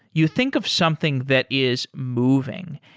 you think of something that is moving.